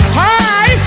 hi